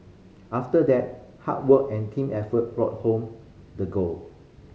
after that hard work and team effort brought home the gold